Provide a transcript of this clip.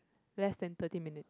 less than thirty minutes